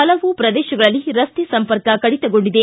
ಹಲವು ಪ್ರದೇಶಗಳಲ್ಲಿ ರಸ್ತೆ ಸಂಪರ್ಕ ಕಡಿತಗೊಂಡಿದೆ